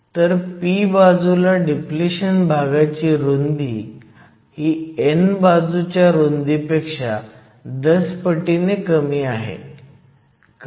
तर p बाजूला depletion भागाची रुंदी ही n बाजूच्या रुंदीपेक्षा दसपटीने कमी आहे